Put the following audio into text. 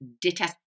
detest